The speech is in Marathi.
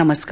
नमस्कार